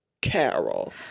Carol